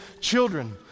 children